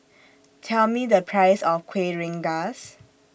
Tell Me The Price of Kuih Rengas